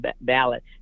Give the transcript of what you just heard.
ballot